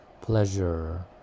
pleasure